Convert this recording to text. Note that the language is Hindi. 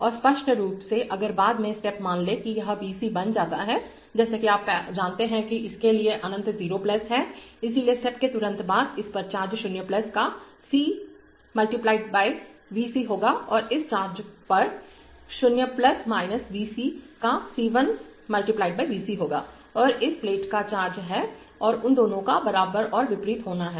और स्पष्ट रूप से अगर बाद में स्टेप मान लें कि यह V c बन जाता है जैसा कि आप जानते हैं कि इसके लिए अंकन 0 है इसलिए स्टेप के तुरंत बाद इस पर चार्ज 0 का C × V c होगा और इस पर चार्ज 0 V s का C 1 × V c होगा यह इस प्लेट का चार्ज है और उन दोनों को बराबर और विपरीत होना है